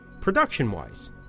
production-wise